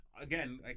again